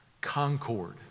Concord